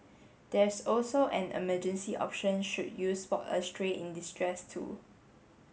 there's also an emergency option should you spot a stray in distress too